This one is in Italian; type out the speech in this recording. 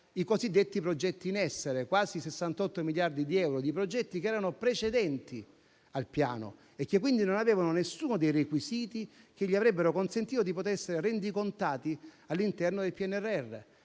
ai cosiddetti progetti in essere, quasi 68 miliardi di euro di progetti che erano precedenti al Piano e che, quindi, non avevano nessuno dei requisiti che avrebbero consentito di rendicontarli all'interno del PNRR